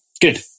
Good